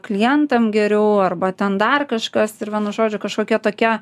klientam geriau arba ten dar kažkas ir va nu žodžiu kažkokie tokie